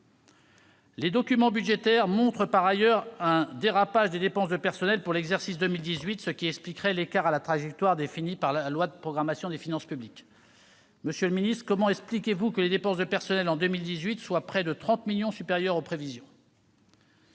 Les documents budgétaires montrent par ailleurs un dérapage des dépenses de personnel pour l'exercice 2018, ce qui expliquerait l'écart avec la trajectoire définie par la loi de programmation des finances publiques. Comment expliquez-vous que les dépenses de personnel, en 2018, soient près de 30 millions d'euros supérieures aux prévisions ?